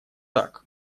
так